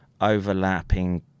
overlapping